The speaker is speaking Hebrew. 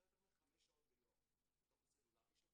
אם אתה יותר מחמש שעות ביום בתוך הסלולרי שלך,